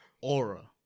aura